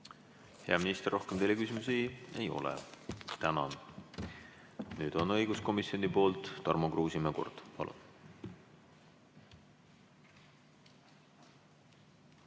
Hea minister, rohkem teile küsimusi ei ole. Tänan! Nüüd on õiguskomisjoni nimel Tarmo Kruusimäe kord.